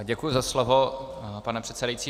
Děkuji za slovo, pane předsedající.